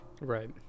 Right